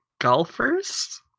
golfers